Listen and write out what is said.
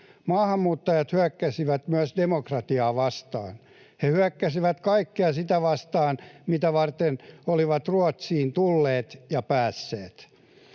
Maahanmuuttajat hyökkäsivät myös demokratiaa vastaan. He hyökkäsivät kaikkea sitä vastaan, mitä varten olivat Ruotsiin tulleet ja päässeet.